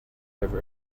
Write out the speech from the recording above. have